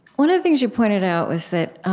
one of the things you pointed out was that